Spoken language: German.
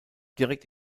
direkt